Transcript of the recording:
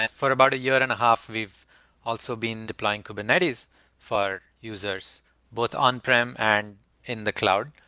and for about a year and a half, we've also been deploying kubernetes for users both on-prem and in the cloud.